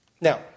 Now